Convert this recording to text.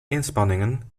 inspanningen